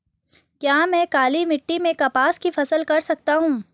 क्या मैं काली मिट्टी में कपास की फसल कर सकता हूँ?